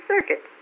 circuit